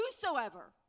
whosoever